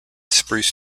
spruce